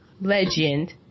Legend